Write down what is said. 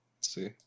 see